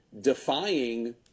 defying